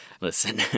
Listen